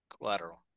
Collateral